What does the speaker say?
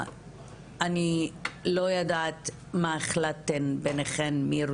אני לא יודעת מה החלטתן ביניכן.